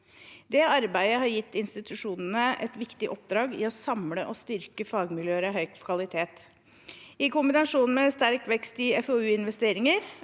Det arbeidet har gitt institusjonene et viktig oppdrag i å samle og styrke fagmiljøer av høy kvalitet. I kombinasjon med sterk vekst i FoU-investeringer